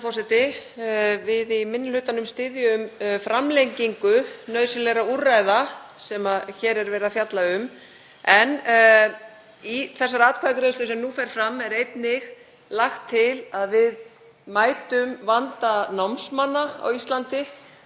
Við í minni hlutanum styðjum framlengingu nauðsynlegra úrræða sem hér er verið að fjalla um. En í þeirri atkvæðagreiðslu sem nú fer fram er einnig lagt til að við mætum vanda námsmanna á Íslandi